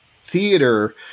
theater